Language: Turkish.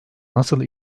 nasıl